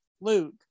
Luke